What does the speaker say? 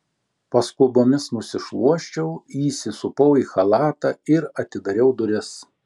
paskubomis nusišluosčiau įsisupau į chalatą ir atidariau duris